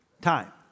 time